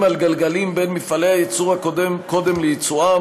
על גלגלים בין מפעלי הייצור קודם לייצואם,